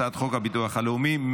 הצעת חוק הביטוח הלאומי.